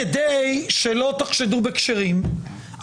כדי שלא תחשדו בכשרים,